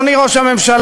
אדוני ראש שהממשלה,